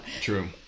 True